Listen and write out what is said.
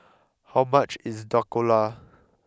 how much is Dhokla